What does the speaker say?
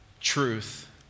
truth